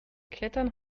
klettern